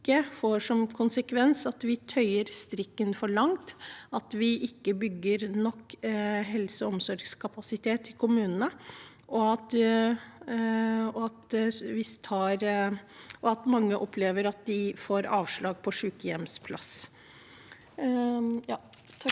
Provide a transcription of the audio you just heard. får som konsekvens at vi tøyer strikken for langt, at vi ikke bygger nok helse- og omsorgskapasitet i kommunene, og at mange opplever å få avslag på søknad om sykehjemsplass.